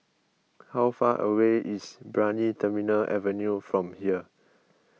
how far away is Brani Terminal Avenue from here